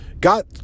got